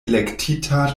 elektita